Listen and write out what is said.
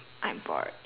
I'm bored